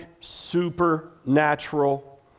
supernatural